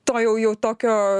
to jau jau tokio